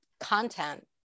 content